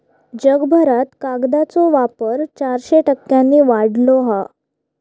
जगभरात कागदाचो वापर चारशे टक्क्यांनी वाढलो हा